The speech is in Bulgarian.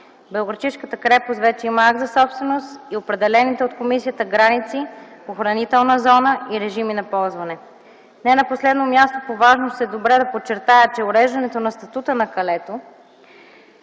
Белоградчишката крепост вече има акт за собственост и определените от комисията граници, охранителна зона и режими на ползване. Не на последно място по важност е добре да подчертая, че уреждането на статута на „Калето”